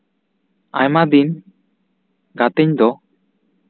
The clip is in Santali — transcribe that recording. ᱟᱭᱢᱟ ᱫᱤᱱ ᱜᱟᱛᱤᱧ ᱫᱚ